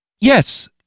Yes